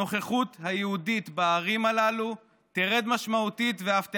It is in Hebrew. הנוכחות היהודית בערים הללו תרד משמעותית ואף תיעלם.